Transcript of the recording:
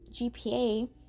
GPA